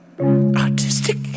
artistic